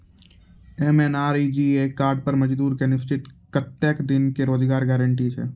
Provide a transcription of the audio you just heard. MNREGA card पर मजदुर के निश्चित कत्तेक दिन के रोजगार गारंटी छै?